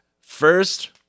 first